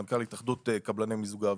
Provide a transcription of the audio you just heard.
מנכ"ל התאחדות קבלני מיזוג האוויר,